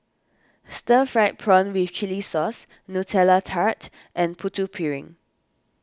Stir Fried Prawn with Chili Sauce Nutella Tart and Putu Piring